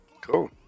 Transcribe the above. Cool